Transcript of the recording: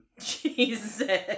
Jesus